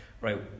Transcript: right